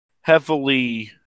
heavily